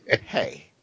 Hey